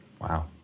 Wow